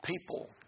people